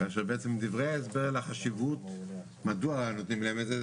כאשר בדברי ההסבר על החשיבות מדוע נותנים להם את זה,